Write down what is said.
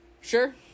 Sure